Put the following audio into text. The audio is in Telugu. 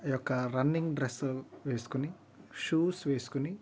ఆ యొక్క రన్నింగ్ డ్రెస్ వేసుకోని షూస్ వేసుకోని